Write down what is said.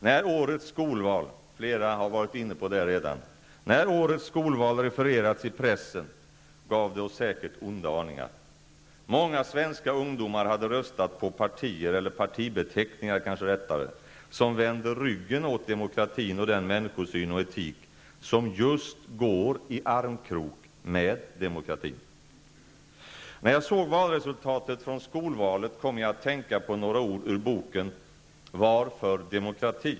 När årets skolval -- flera talare har redan varit inne på detta -- refererades i pressen gav det oss säkert onda aningar. Många svenska ungdomar hade röstat på partier eller partibeteckningar som vänder ryggen åt demokratin och den människosyn och etik som just går i armkrok med demokratin. När jag såg valresultatet från skolvalet kom jag att tänka på några ord ur boken ''Varför demokrati?